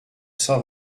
cent